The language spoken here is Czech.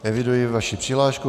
Eviduji vaši přihlášku.